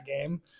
game